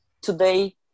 today